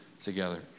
together